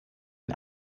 den